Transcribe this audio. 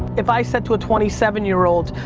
if i said to twenty seven year old,